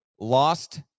lost